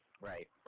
Right